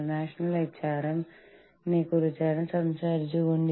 Gomez Mejia Belkin Cardy Gomez Mejia Belkin and Cardy എന്നിവരിൽ നിന്നും കുറച്ചുണ്ട്